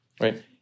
Right